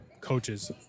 coaches